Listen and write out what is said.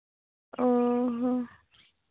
ᱚ ᱦᱚᱸ